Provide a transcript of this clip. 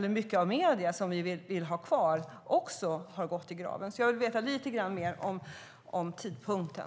de medier som vi vill ha kvar inte ska gå i graven. Jag vill alltså veta lite mer om tidpunkten.